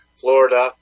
Florida